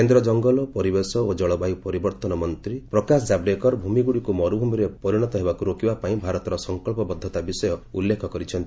କେନ୍ଦ୍ର ଜଙ୍ଗଲ ପରିବେଶ ଓ ଜଳବାୟୁ ପରିବର୍ତ୍ତନ ମନ୍ତ୍ରୀ ପ୍ରକାଶ ଜାବଡେକର ଭୂମିଗୁଡ଼ିକୁ ମରୁଭୂମିରେ ପରିଣତ ହେବାକୁ ରୋକିବାପାଇଁ ଭାରତର ସଂକଳ୍ପବଦ୍ଧତା ବିଷୟ ଉଲ୍ଲେଖ କରିଛନ୍ତି